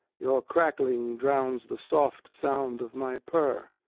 your crackling drowns the soft sound of my purr.